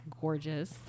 gorgeous